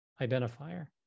identifier